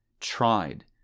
tried